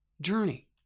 journey